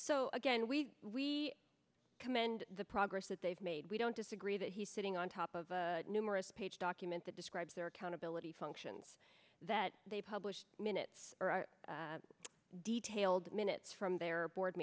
so again we commend the progress that they've made we don't disagree that he's sitting on top of the numerous page document that describes their accountability functions that they published minutes detailed minutes from their board